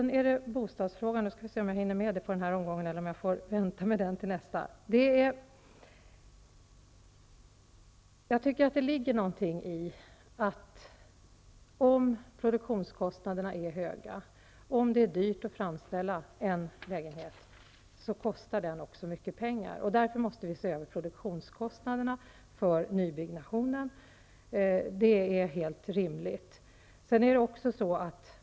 Några ord om bostadsfrågan: Om produktionskostnaderna är höga och om det är dyrt att framställa en lägenhet, då kostar den också mycket pengar. Därför måste vi se över produktionskostnaderna för nybyggandet, det är helt rimligt.